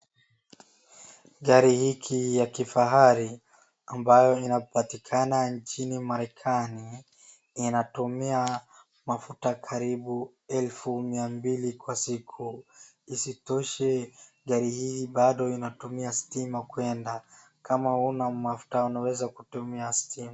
Gari hiki ya kifahari ambayo inapatikana nchini Marekani inatumia mafuta karibu 200,000 kwa siku. Isitoshe, gari hii bado inatumia stima kwenda. Kama huna mafuta unaweza kutumia stima.